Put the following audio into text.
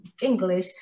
English